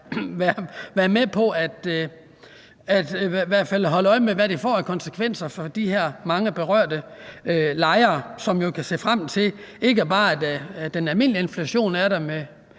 fald med hensyn til hvad det får af konsekvenser for de her mange berørte lejere, som kan se frem til, at ikke bare den almindelige inflation er der i